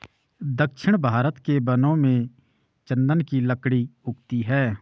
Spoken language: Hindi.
दक्षिण भारत के वनों में चन्दन की लकड़ी उगती है